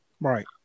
Right